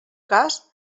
cas